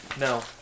No